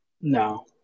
No